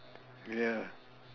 ya